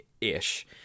ish